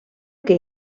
que